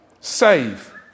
save